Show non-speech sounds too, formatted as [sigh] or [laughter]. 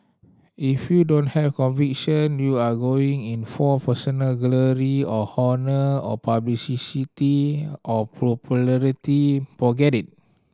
if you don't have conviction you are going in for personal glory or honour or [unintelligible] or popularity forget it